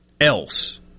else